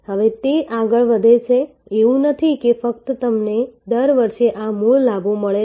હવે તે આગળ વધે છે એવું નથી કે ફક્ત તમને દર વર્ષે આ મુળ લાભો મળે છે